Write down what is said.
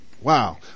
wow